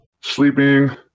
sleeping